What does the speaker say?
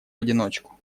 одиночку